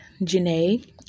Janae